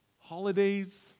holidays